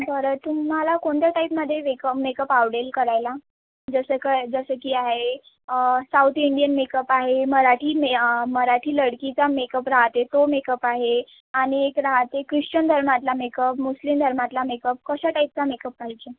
बरं तुम्हाला कोणत्या टाइपमध्ये वेकं मेकप आवडेल करायला जसं कय जसं की आहे साऊथ इंडियन मेकप आहे मराठी मे मराठी लडकीचा मेकप राहते तो मेकप आहे आणि एक राहते ख्रिश्चन धर्मातला मेकप मुस्लिम धर्मातला मेकप कशा टाईपचा मेकप पाहिजे